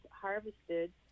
harvested